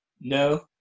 no